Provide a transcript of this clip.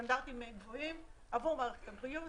בסטנדרטים גבוהים עבור מערכת הבריאות